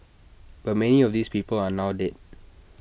but many of these people are now dead